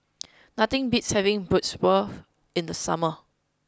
nothing beats having Bratwurst in the summer